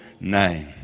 name